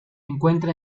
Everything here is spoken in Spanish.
encuentra